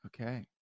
okay